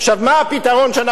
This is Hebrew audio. עכשיו יש להם דוברים,